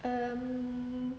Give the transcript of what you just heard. um